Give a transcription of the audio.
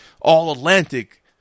all-atlantic